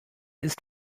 ist